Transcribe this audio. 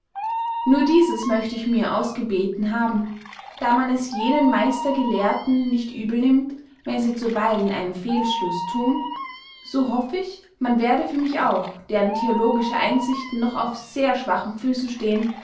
nur dieses möcht ich mir ausgebeten haben da man es jenen meistergelehrten nicht übel nimmt wenn sie zuweilen einen fehlschluß thun so hoff ich man werde für mich auch deren theologische einsichten noch auf sehr schwachen füssen stehen